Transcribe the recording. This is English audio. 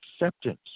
acceptance